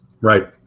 right